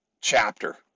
chapter